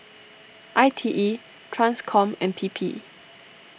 I T E Transcom and P P